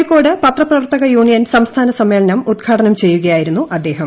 കോഴിക്കോട് പത്രപ്രവർത്തക യൂണിയൻ സംസ്ഥാന സമ്മേളനം ഉദ്ഘാടനം ചെയ്യുകയായിരുന്നു അദ്ദേഹം